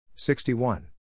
61